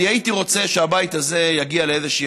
אני הייתי רוצה שהבית הזה יגיע לאיזושהי